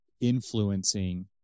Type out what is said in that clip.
influencing